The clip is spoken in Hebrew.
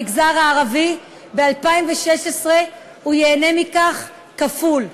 ב-2016 הוא ייהנה מכך כפול.